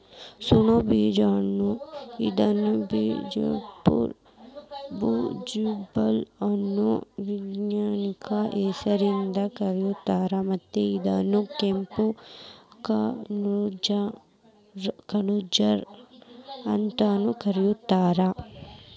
ಸಣ್ಣು ಬಾರಿ ಹಣ್ಣ ಇದನ್ನು ಜಿಝಿಫಸ್ ಜುಜುಬಾ ಅನ್ನೋ ವೈಜ್ಞಾನಿಕ ಹೆಸರಿಂದ ಕರೇತಾರ, ಮತ್ತ ಇದನ್ನ ಕೆಂಪು ಖಜೂರ್ ಅಂತಾನೂ ಕರೇತಾರ